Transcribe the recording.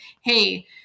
Hey